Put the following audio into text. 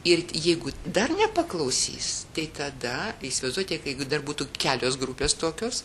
ir jeigu dar nepaklausys tai tada įsivaizduojate kai dar būtų kelios grupės tokios